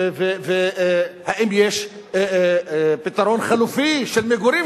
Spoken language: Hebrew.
והאם יש פתרון חלופי של מגורים,